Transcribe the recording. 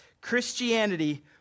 Christianity